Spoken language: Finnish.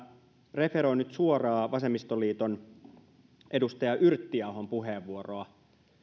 referoin nyt suoraan vasemmistoliiton edustaja yrttiahon puheenvuoroa